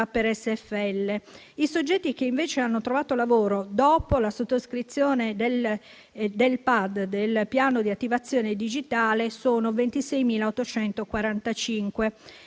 per SFL. I soggetti che invece hanno trovato lavoro dopo la sottoscrizione del piano di attivazione digitale (PAD) sono 26.845.